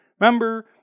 Remember